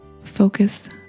Focus